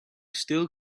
still